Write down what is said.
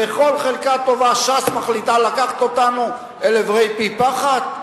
בכל חלקה טובה ש"ס מחליטה לקחת אותנו אל עברי פי-פחת?